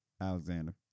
Alexander